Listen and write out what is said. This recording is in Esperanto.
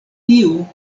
tiu